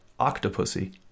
Octopussy